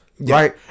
right